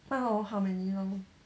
one hour how many long